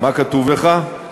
מה כתוב לך?